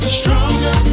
stronger